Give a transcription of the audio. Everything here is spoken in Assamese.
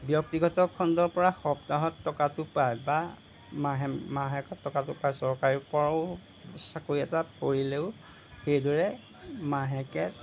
ব্যক্তিগত খণ্ডৰপৰা সপ্তাহত টকাটো পায় বা মাহে মাহেকত টকাটো পায় চৰকাৰীৰপৰাও চাকৰি এটা কৰিলেও সেইদৰে মাহেকে